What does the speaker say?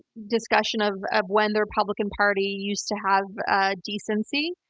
discussion of of when the republican party used to have ah decency,